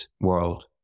world